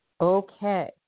Okay